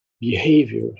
behavior